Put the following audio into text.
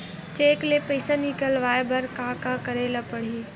Cheque ले पईसा निकलवाय बर का का करे ल पड़हि?